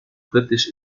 britisch